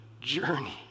journey